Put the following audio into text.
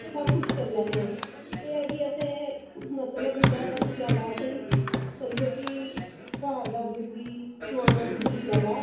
सबकुछ करी लैआ ते एह् ऐ की मतलब जादै तों जादै असें ई समझो की घर दा दुद्ध ई चुआमां दुद्ध ई जादा